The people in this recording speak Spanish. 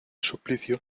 suplicio